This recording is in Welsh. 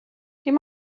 dim